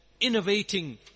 innovating